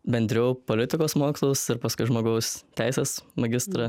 bendriau politikos mokslus ir paskui žmogaus teisės magistrą